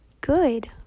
good